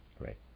Right